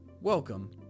Welcome